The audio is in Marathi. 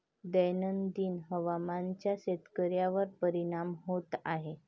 दैनंदिन हवामानाचा शेतकऱ्यांवर परिणाम होत आहे